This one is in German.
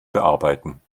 bearbeiten